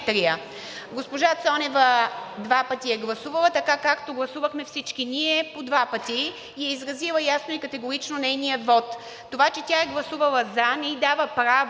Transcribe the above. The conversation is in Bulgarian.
Госпожа Цонева два пъти е гласувала така, както гласувахме всички ние по два пъти и е изразила ясно и категорично нейния вот. Това че тя е гласувала за не ѝ дава право,